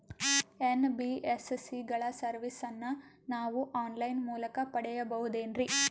NBSC ಗಳ ಸರ್ವಿಸನ್ನ ನಾವು ಆನ್ ಲೈನ್ ಮೂಲಕ ಪಡೆಯಬಹುದೇನ್ರಿ?